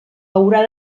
haurà